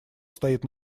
стоит